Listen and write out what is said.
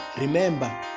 remember